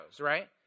right